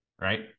right